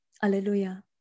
Hallelujah